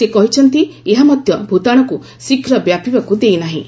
ସେ କହିଛନ୍ତି ଏହା ମଧ୍ୟ ଭୂତାଣୁକୁ ଶୀଘ୍ର ବ୍ୟାପିବାକୁ ଦେଇନାହିଁ